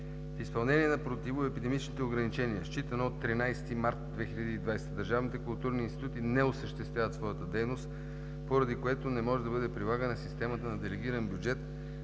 изпълнение на противоепидемичните ограничения, считано от 13 март 2020 г., държавните културни институти не осъществяват своята дейност, поради което не може да бъде прилагана системата на делегиран бюджет